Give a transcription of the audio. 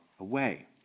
Away